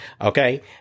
Okay